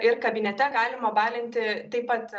ir kabinete galima balinti taip pat